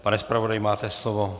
Pane zpravodaji, máte slovo.